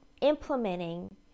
implementing